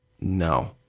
No